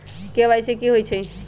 KYC कि होई छई?